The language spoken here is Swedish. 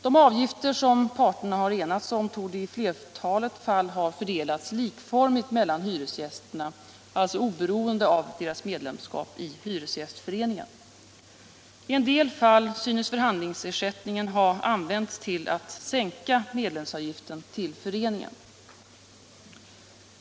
De avgifter som parterna har enats om torde i flertalet fall ha fördelats likformigt mellan hyresgästerna, alldeles oberoende av deras medlemskap i hyresgästföreningen. I en del fall synes förhandlingsersättningen ha använts till att sänka medlemsavgiften till föreningen.